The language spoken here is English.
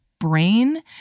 brain